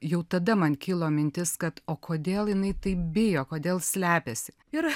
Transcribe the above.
jau tada man kilo mintis kad o kodėl jinai taip bijo kodėl slepiasi ir